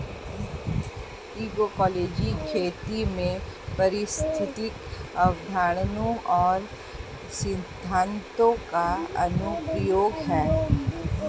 agroecology खेती में पारिस्थितिक अवधारणाओं और सिद्धांतों का अनुप्रयोग है